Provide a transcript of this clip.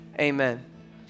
amen